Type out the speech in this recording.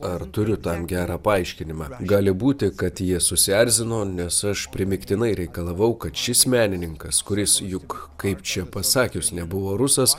ar turiu tam gerą paaiškinimą gali būti kad jie susierzino nes aš primygtinai reikalavau kad šis menininkas kuris juk kaip čia pasakius nebuvo rusas